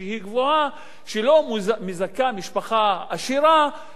שלא מזכה משפחה עשירה בהנחה בארנונה.